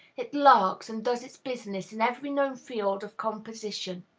it lurks and does its business in every known field of composition.